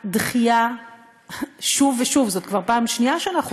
הדחייה שוב ושוב זאת כבר פעם שנייה שאנחנו